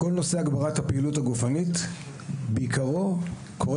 כל נושא הגברת הפעילות הגופנית בעיקרו קורה